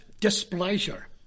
displeasure